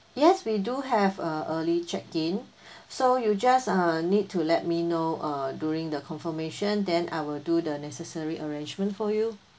yes we do have a early check-in so you just uh need to let me know uh during the confirmation then I will do the necessary arrangement for you